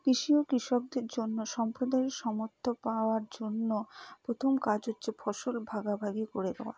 কৃষি ও কৃষকদের জন্য সম্প্রদায় পাওয়ার জন্য প্রথম কাজ হচ্ছে ফসল ভাগাভাগি করে দেওয়া